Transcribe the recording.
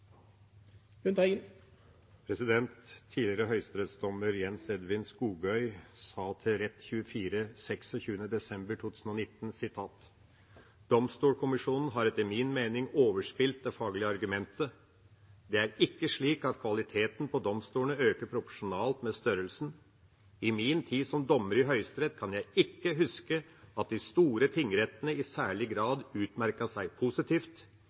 Tidligere høyesterettsdommer Jens Edvin Skoghøy sa til Rett24 den 26. desember 2019: «Domstolskommisjonen har etter min mening overspilt det faglige argumentet. Det er ikke slik at kvaliteten på domstolene øker proporsjonalt med størrelsen. I min tid som dommer i Høyesterett kan jeg ikke huske at de store tingrettene i særlig grad utmerket seg positivt.